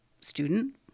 student